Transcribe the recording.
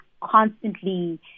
constantly